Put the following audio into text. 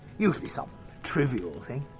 usually some trivial thing.